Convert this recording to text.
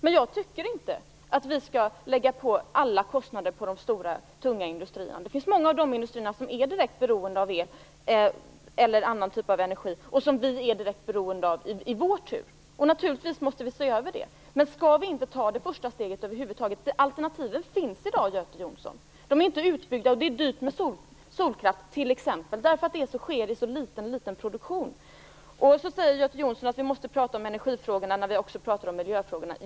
Men jag tycker inte att vi skall lägga alla kostnader på de stora tunga industrierna. Det finns många av de industrierna som är direkt beroende av el eller annan typ av energi och som vi i vår tur är direkt beroende av. Naturligtvis måste vi se över detta. Men skall vi inte ta det första steget över huvud taget? Alternativen finns i dag, Göte Jonsson. De är inte utbyggda. Det är t.ex. dyrt med solkraft därför att det sker en så liten produktion. Göte Jonsson säger att vi också måste tala om energifrågorna när vi talar om miljöfrågorna.